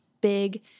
big